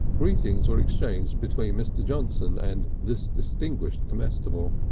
greetings were exchanged between mr. johnson and this distinguished comestible.